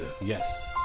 yes